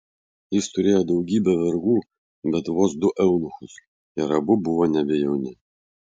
jis turėjo daugybę vergų bet vos du eunuchus ir abu buvo nebe jauni